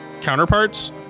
Counterparts